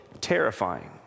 terrifying